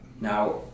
Now